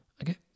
Okay